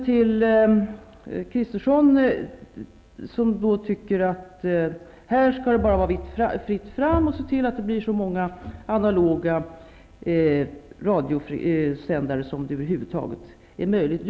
Kristersson tycker att här skall det vara fritt fram, och man skall se till att det blir så många analoga radiosändare som över huvud taget är möjligt.